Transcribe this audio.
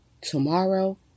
tomorrow